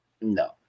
no